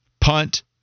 Punt